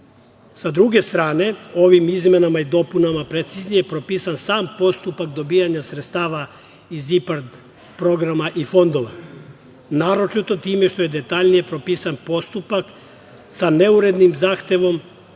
druge strane, ovim izmenama i dopunama preciznije je propisan sam postupak dobijanja sredstava iz IPARD programa i fondova, naročito time što je detaljnije propisan postupak sa neurednim zahtevom